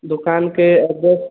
दुकानके एड्रेस